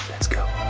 let's go.